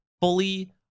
fully